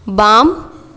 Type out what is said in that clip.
बाम